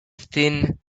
thin